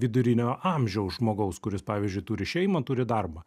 vidurinio amžiaus žmogaus kuris pavyzdžiui turi šeimą turi darbą